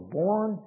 born